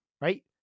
Right